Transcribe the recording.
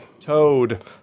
Toad